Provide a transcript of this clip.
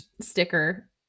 sticker